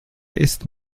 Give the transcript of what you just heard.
ist